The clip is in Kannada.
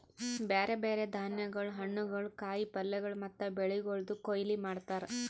ಬ್ಯಾರೆ ಬ್ಯಾರೆ ಧಾನ್ಯಗೊಳ್, ಹಣ್ಣುಗೊಳ್, ಕಾಯಿ ಪಲ್ಯಗೊಳ್ ಮತ್ತ ಬೆಳಿಗೊಳ್ದು ಕೊಯ್ಲಿ ಮಾಡ್ತಾರ್